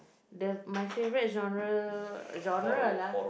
the my favorite genre genre lah